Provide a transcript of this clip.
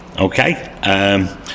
Okay